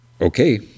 okay